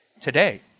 today